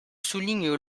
souligne